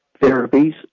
therapies